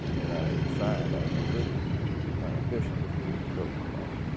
and i was assigned, really my ambition was to be a political writer,